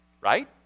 Right